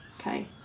Okay